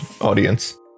audience